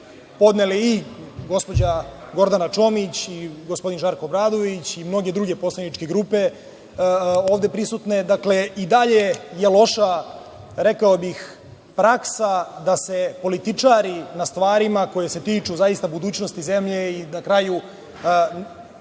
podneli i gospođa Gordana Čomić i gospodin Žarko Obradović i mnoge druge poslaničke grupe ovde prisutne. Dakle, i dalje je loša, rekao bih, praksa da se političari na stvarima koje se tiču budućnosti zemlje i na kraju